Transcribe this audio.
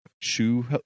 shoe